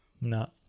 no